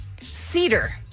cedar